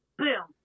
boom